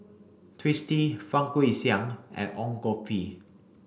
Twisstii Fang Guixiang and Ong Koh Bee